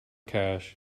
cache